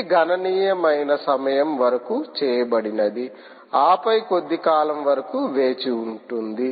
ఇది గణనీయమైన సమయం వరకు చేయబడినది ఆపై కొద్ది కాలం వరకు వేచి ఉంటుంది